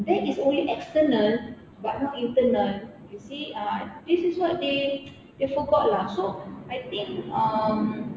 that is only external but not internal you see ah this is what they they forgot lah so I think um